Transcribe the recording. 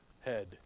head